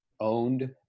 owned